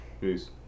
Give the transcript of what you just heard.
Peace